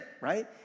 right